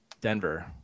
Denver